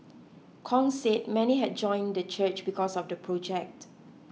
Kong said many had joined the church because of the project